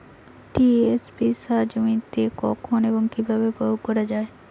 TSP সার জমিতে কখন এবং কিভাবে প্রয়োগ করা য়ায়?